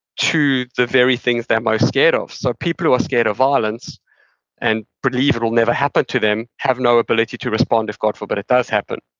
to the very things they're most scared of. so, people who are scared of violence and believe it will never happen to them have no ability to respond if god forbid it does happen.